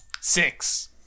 Six